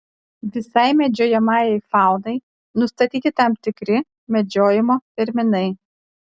visai medžiojamajai faunai nustatyti tam tikri medžiojimo terminai